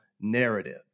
narrative